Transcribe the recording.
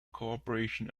cooperation